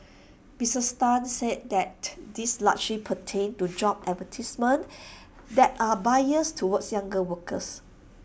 Mrs ten said that these largely pertained to job advertisements that are biased towards younger workers